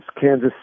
Kansas